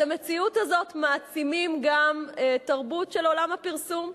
את המציאות הזאת מעצימה גם תרבות של עולם הפרסום.